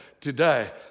today